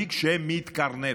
למנהיג שמתקרנף,